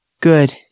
Good